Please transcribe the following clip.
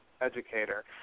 educator